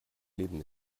leben